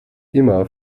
immer